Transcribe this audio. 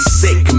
sick